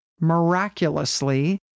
Miraculously